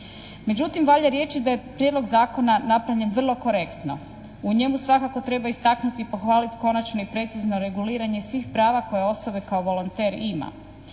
Međutim, valja reći da je prijedlog zakona napravljen vrlo korektno. U njemu svakako treba istaknuti i pohvaliti konačno i precizno reguliranje svih prava koje osoba kao volonter ima.